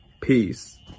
Peace